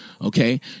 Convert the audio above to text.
okay